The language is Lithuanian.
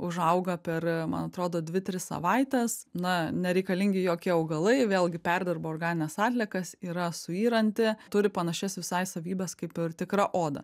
užauga per man atrodo dvi tris savaites na nereikalingi jokie augalai vėlgi perdirba organines atliekas yra suyranti turi panašias visai savybes kaip ir tikra oda